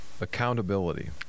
accountability